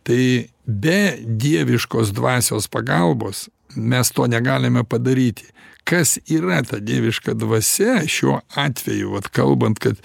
tai be dieviškos dvasios pagalbos mes to negalime padaryti kas yra ta dieviška dvasia šiuo atveju vat kalbant kad